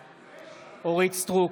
בעד אורית מלכה סטרוק,